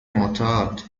معتاد